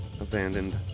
abandoned